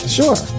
sure